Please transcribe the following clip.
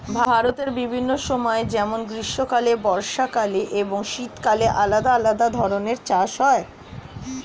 ভারতের বিভিন্ন সময় যেমন গ্রীষ্মকালে, বর্ষাকালে এবং শীতকালে আলাদা আলাদা ধরনের চাষ হয়